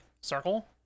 circle